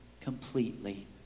completely